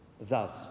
Thus